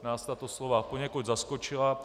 Nás tato slova poněkud zaskočila.